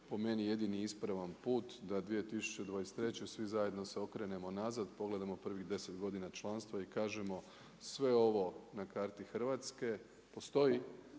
po meni jedini ispravan put da 2023. svi zajedno se okrenemo nazad, pogledamo prvih 10 godina članstva i kažemo sve ovo na karti Hrvatske postoji